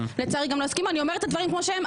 אני אומרת את הדברים כמו שהם.